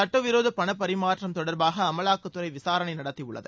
சட்ட விரோத பணப்பரிமாற்றம் தொடர்பாக அமலாக்கத்துறை விசாரணை நடத்தியுள்ளது